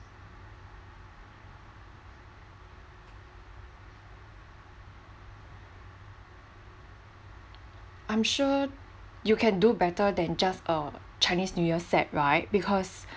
I'm sure you can do better than just err chinese new year set right because